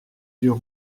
yeux